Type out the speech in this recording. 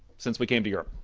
since we came to europe.